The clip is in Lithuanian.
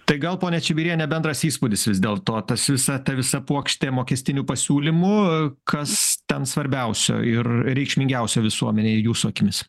tai gal ponia čibiriene bendras įspūdis vis dėl to tas visa ta visa puokštė mokestinių pasiūlymų kas ten svarbiausia ir reikšmingiausia visuomenei jūsų akimis